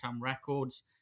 Records